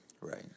Right